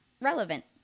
relevant